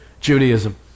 Judaism